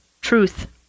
truth